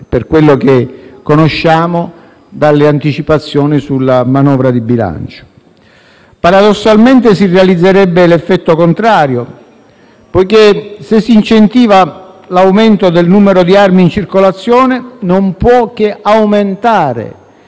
base delle anticipazioni che ci sono giunte sulla manovra di bilancio. Paradossalmente, si realizzerebbe l'effetto contrario, perché se si incentiva l'aumento del numero di armi in circolazione non può che aumentare